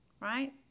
Right